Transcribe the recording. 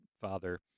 father